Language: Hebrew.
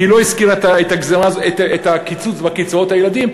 היא לא הזכירה את הקיצוץ בקצבאות הילדים,